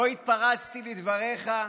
לא התפרצתי לדבריך.